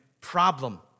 problem